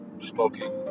smoking